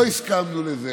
לא הסכמנו לזה,